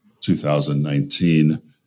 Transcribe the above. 2019